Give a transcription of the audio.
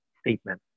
statement